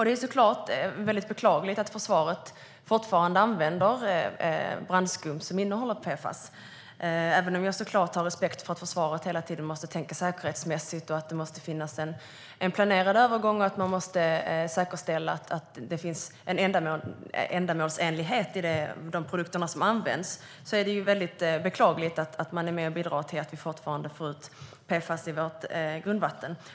Det är såklart väldigt beklagligt att försvaret fortfarande använder brandskum som innehåller PFAS. Även om jag såklart har respekt för att försvaret hela tiden måste tänka säkerhetsmässigt, att det måste finnas en planerad övergång och att man måste säkerställa att det finns en ändamålsenlighet i de produkter som används är det beklagligt att man är med och bidrar till att vi fortfarande får ut PFAS i vårt grundvatten.